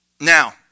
now